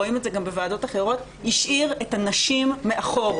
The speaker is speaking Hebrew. רואים את זה גם בוועדות אחרות שהשאיר את הנשים מאחור.